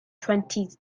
twenty